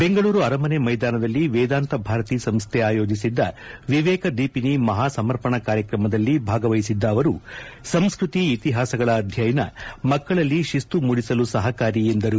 ಬೆಂಗಳೂರು ಅರಮನೆ ಮೈದಾನದಲ್ಲಿ ವೇದಾಂತ ಭಾರತಿ ಸಂಸ್ಥೆ ಆಯೋಜಿಸಿದ್ದ ವಿವೇಕ ದೀಪಿನಿ ಮಪಾ ಸಮರ್ಪಣ ಕಾರ್ಯಕ್ರಮದಲ್ಲಿ ಭಾಗವಹಿಸಿದ್ದ ಅವರು ಸಂಸ್ವತಿ ಇತಿಹಾಸಗಳ ಅಧ್ಯಯನ ಮಕ್ಕಳಲ್ಲಿ ಶಿಸ್ತು ಮೂಡಿಸಲು ಸಹಕಾರಿ ಎಂದರು